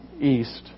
east